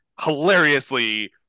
hilariously